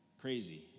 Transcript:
Crazy